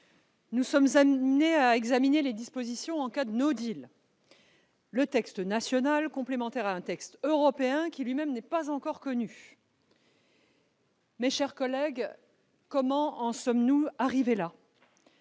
Nous sommes amenés à examiner les dispositions en cas de. Le texte national est complémentaire d'un texte européen, qui lui-même n'est pas encore connu. Mes chers collègues, comment en sommes-nous arrivés là ?